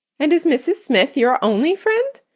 and is mrs. smith your only friend?